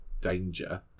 danger